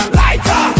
lighter